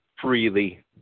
freely